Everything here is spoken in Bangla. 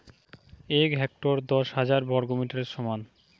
এক হেক্টর দশ হাজার বর্গমিটারের সমান